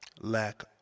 lack